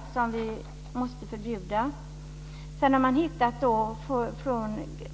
azofärgämnen som vi måste förbjuda.